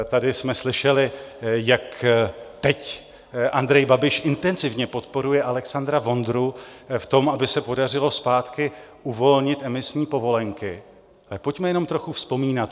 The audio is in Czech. Tady jsme slyšeli, jak teď Andrej Babiš intenzivně podporuje Alexandra Vondru v tom, aby se podařilo zpátky uvolnit emisní povolenky, tak pojďme jenom trochu vzpomínat.